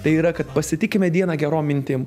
tai yra kad pasitikime dieną gerom mintim